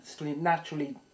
naturally